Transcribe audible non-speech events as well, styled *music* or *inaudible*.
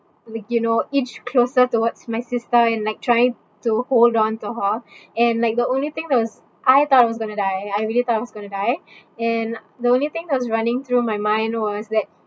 like you know inch closer towards my sister and like trying to hold on to her and like the only thing that was I thought was going to die I really thought I was going to die *breath* and the only thing that was running through my mind was that